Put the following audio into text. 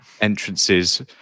entrances